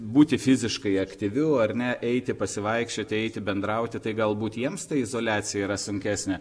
būti fiziškai aktyviu ar ne eiti pasivaikščioti eiti bendrauti tai galbūt jiems ta izoliacija yra sunkesnė